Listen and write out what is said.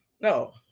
No